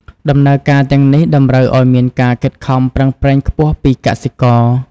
ដំណើរការទាំងនេះ តម្រូវឱ្យមានការខិតខំប្រឹងប្រែងខ្ពស់ពីកសិករ។